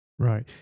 Right